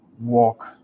walk